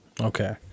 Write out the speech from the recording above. Okay